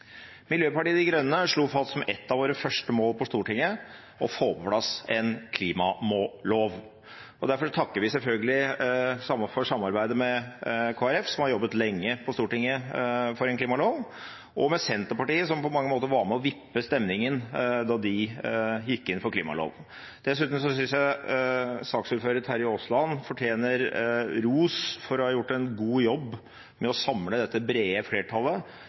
Miljøpartiet De Grønne slo fast som et av våre første mål på Stortinget å få på plass en klimalov. Derfor takker vi selvfølgelig for samarbeidet med Kristelig Folkeparti, som har jobbet lenge på Stortinget for en klimalov, og med Senterpartiet, som på mange måter var med og vippet stemningen da de gikk inn for klimalov. Dessuten synes jeg saksordføreren, Terje Aasland, fortjener ros for å ha gjort en god jobb med å samle dette brede flertallet,